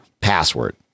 password